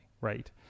Right